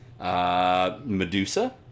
Medusa